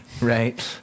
Right